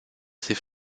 ses